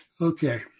Okay